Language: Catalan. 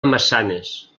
massanes